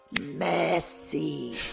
Messy